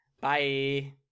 Bye